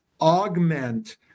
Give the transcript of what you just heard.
augment